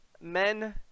men